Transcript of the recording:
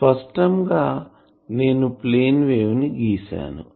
స్పష్టంగా నేను plane wave ని గీసాను